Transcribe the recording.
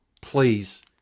please